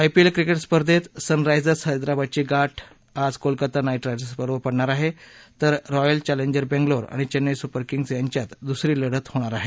IPL cricket स्पर्धेत Sunrisers हैद्राबादची गाठ आज कोलकाता नाईट रायडर्सबरोबर पडणार आहे तर रॉयल चॅलेंजर बंगलोर आणि चेन्नई सुपर किंग्ज यांच्यात दुसरी लढत होणार आहे